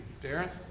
Darren